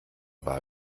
war